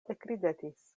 ekridetis